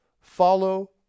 Follow